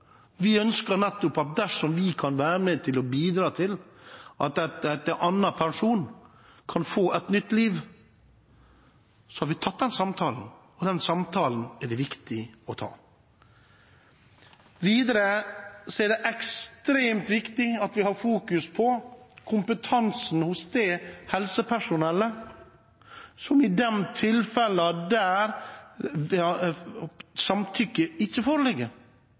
Vi ønsker at dersom vi kan være med og bidra til at en annen person kan få et nytt liv, har vi tatt den samtalen – og den samtalen er det viktig å ta. Videre er det ekstremt viktig at vi har fokus på kompetansen hos helsepersonellet i de tilfellene der samtykke ikke foreligger